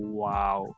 wow